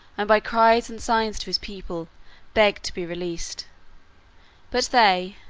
and by cries and signs to his people begged to be released but they,